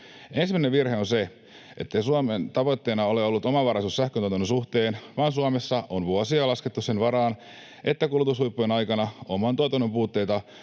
Ensimmäinen virhe on se, ettei Suomen tavoitteena ole ollut omavaraisuus sähköntuotannon suhteen vaan Suomessa on vuosia laskettu sen varaan, että kulutushuippujen aikana oman tuotannon puutteita